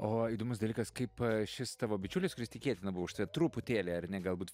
o įdomus dalykas kaip šis tavo bičiulis kuris tikėtina buvo už tave truputėlį ar ne galbūt